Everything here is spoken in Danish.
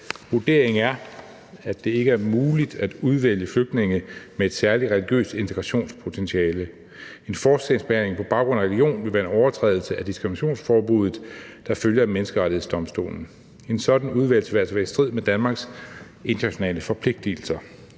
Vurderingen er, at det ikke er muligt at udvælge flygtninge med et særligt religiøst integrationspotentiale. En forskelsbehandling på baggrund af religion vil være en overtrædelse af diskriminationsforbuddet, der følger af Menneskerettighedsdomstolen. En sådan udvælgelse vil altså være i strid med Danmarks internationale forpligtelser.